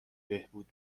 بهبود